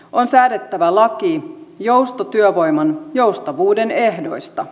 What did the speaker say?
on säädettävä laki joustotyövoiman joustavuuden ehdoista